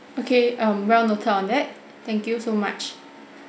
okay um well noted on that thank you so much